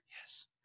Yes